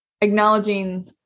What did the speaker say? acknowledging